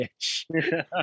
bitch